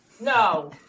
No